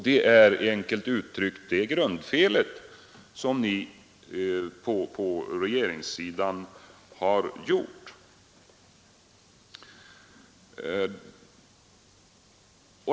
Det är, enkelt uttryckt, det grundfel som ni på regeringssidan har gjort.